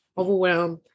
overwhelmed